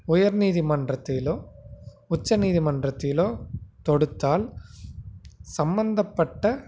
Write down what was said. உயர் நீதிமன்றத்திலோ உச்ச நீதிமன்றத்திலோ தொடுத்தால் சம்பந்தப்பட்ட